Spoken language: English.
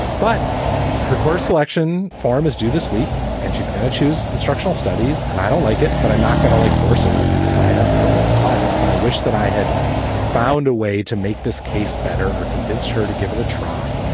but her course selection farm is due this week and she's to choose instructional studies. and i don't like it, but i'm not going to like force her to sign up for this class. but i wish that i had found a way to make this case better or convince her to give it a try,